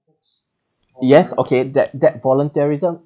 yes okay that that volunteerism